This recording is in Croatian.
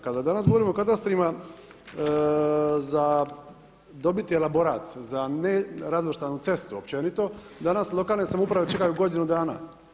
Kada danas govorimo o katastrima za dobiti elaborat za nerazvrstanu cestu općenito, danas lokalne samouprave čekaju godinu dana.